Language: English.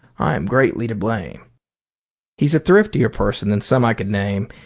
i am greatly to blame he's a thriftier person than some i could name.